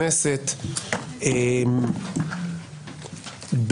קארין, אני קורא אותך לסדר פעם ראשונה.